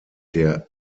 der